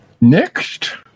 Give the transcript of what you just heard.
Next